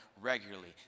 regularly